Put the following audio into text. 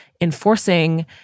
enforcing